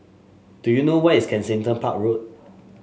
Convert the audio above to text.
do you know where is Kensington Park Road